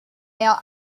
male